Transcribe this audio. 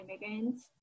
immigrants